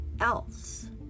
else